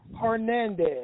Hernandez